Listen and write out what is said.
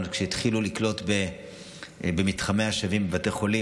התחילו לקלוט במתחמי השבים בבתי החולים,